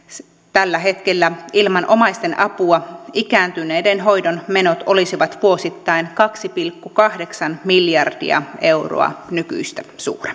tällä hetkellä ilman omaisten apua ikääntyneiden hoidon menot olisivat vuosittain kaksi pilkku kahdeksan miljardia euroa nykyistä